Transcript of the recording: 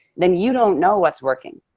then you don't know what's working.